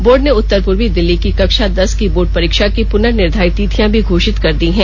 board ने उत्तर पूर्वी दिल्ली की कक्षा देस की बोर्ड परीक्षा की पुनर्निर्धारित तिथियां भी घोषित कर दी हैं